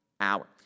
hour